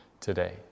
today